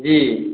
जी